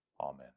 Amen